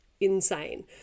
insane